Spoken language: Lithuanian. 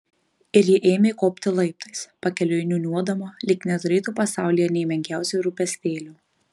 ir ji ėmė kopti laiptais pakeliui niūniuodama lyg neturėtų pasaulyje nė menkiausio rūpestėlio